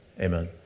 Amen